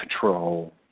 control